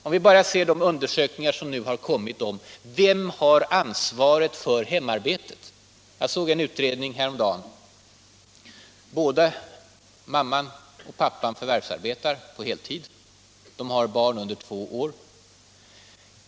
Vi kan bara se på de undersökningar som nu har kommit, om vem som har ansvaret för hemarbete. I en av dessa såg jag följande exempel. Båda föräldrarna arbetar på heltid. De har barn under två år.